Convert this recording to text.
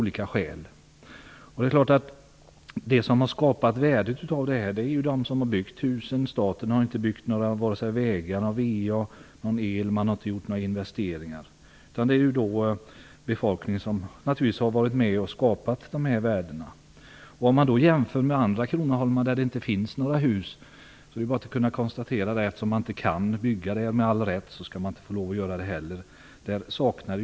Värdet har skapats av dem som har byggt husen. Staten har inte byggt vägar, dragit in VA och el eller gjort några investeringar. Befolkningen har naturligtvis varit med om att skapa dessa värden. Man kan jämföra med andra kronoholmar där det inte finns några hus. Där kan man med all rätt inte bygga något, och då skall man inte få lov till det.